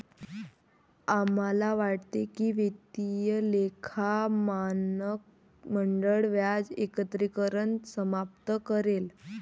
आम्हाला वाटते की वित्तीय लेखा मानक मंडळ व्याज एकत्रीकरण समाप्त करेल